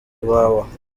iwawa